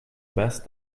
best